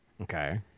Okay